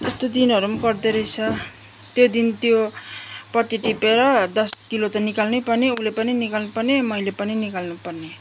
त्यस्तो दिनहरू पनि पर्दो रहेछ त्यो दिन त्यो पत्ती टिपेर दस किलो त निकाल्नै पर्ने उसले पनि निकाल्नै पर्ने मैले पनि निकाल्नु पर्ने